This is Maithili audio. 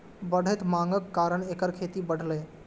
बढ़ैत मांगक कारण एकर खेती बढ़लैए